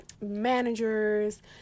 managers